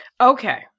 Okay